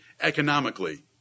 economically